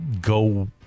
go